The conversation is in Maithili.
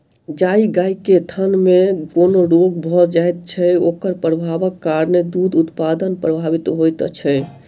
जाहि गाय के थनमे कोनो रोग भ जाइत छै, ओकर प्रभावक कारणेँ दूध उत्पादन प्रभावित होइत छै